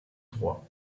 droit